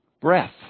breath